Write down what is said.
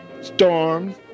storms